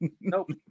Nope